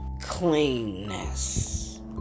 cleanness